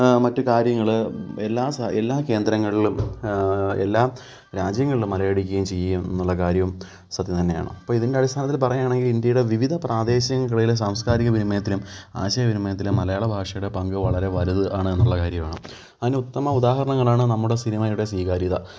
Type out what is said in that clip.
മറ്റ് കാര്യങ്ങൾ എല്ലാ എല്ലാ കേന്ദ്രങ്ങളിലും എല്ലാം രാജ്യങ്ങളിലും അലയടിക്കുകയും ചെയ്യും എന്നുള്ള കാര്യം സത്യം തന്നെയാണ് അപ്പം ഇതിൻ്റെ അടിസ്ഥാനത്തിൽ പറയുകയാണെങ്കിൽ ഇന്ത്യയുടെ വിവിധ പ്രാദേശികങ്ങൾക്കിടയിലെ സാംസ്കാരിക വിനിമയത്തിലും ആശയവിനിമയത്തിലും മലയാളഭാഷയുടെ പങ്ക് വളരെ വലുത് ആണ് എന്നുള്ള കാര്യം ആണ് അതിനുത്തമ ഉദാഹരണങ്ങളാണ് നമ്മുടെ സിനിമയുടെ സ്വീകാര്യത